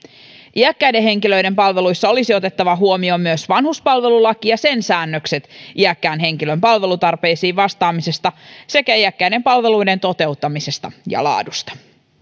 iäkkäiden henkilöiden palveluissa olisi otettava huomioon myös vanhuspalvelulaki ja sen säännökset iäkkään henkilön palvelutarpeisiin vastaamisesta sekä iäkkäiden palveluiden toteuttamisesta ja laadusta